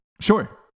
Sure